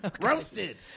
Roasted